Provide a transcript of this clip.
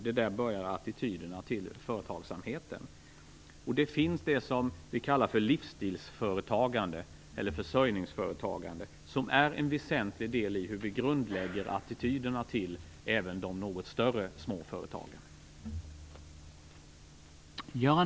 Det är där attityderna till företagsamheten börjar. Det finns det som vi kallar för livsstilsföretagande eller försörjningsföretagande som är en väsentlig del i hur vi grundlägger attityderna till även de något större små företagen.